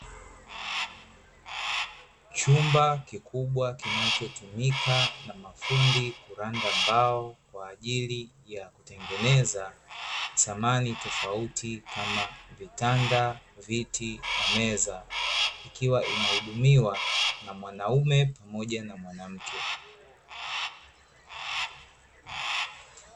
Chumba kikubwa kinachotumika na mafundi kuranda mbao kwa ajili ya kutengeneza, samani tofauti kama vitanda, viti na meza ikiwa inahudimiwa na mwanaume pamoja na mwanamke.